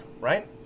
right